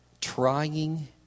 trying